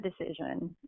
decision